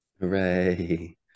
Hooray